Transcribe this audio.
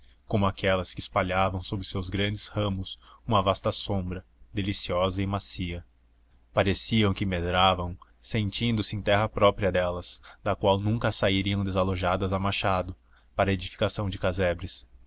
como aquelas que espalhavam sob os seus grandes ramos uma vasta sombra deliciosa e macia pareciam que medravam sentindo-se em terra própria delas da qual nunca sairiam desalojadas a machado para edificação de casebres